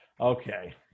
Okay